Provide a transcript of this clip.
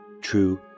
true